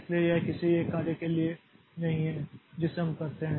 इसलिए यह किसी एक कार्य के लिए नहीं है जिसे हम करते हैं